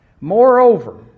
Moreover